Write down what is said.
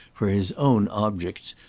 for his own objects,